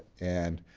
and